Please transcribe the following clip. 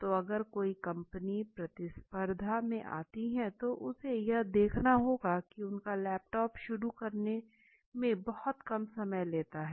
तो अगर कोई कंपनी प्रतिस्पर्धा में आती है तो उसे यह दिखाना होगा की उनका लैपटॉप शुरू करने में बहुत कम समय लेता है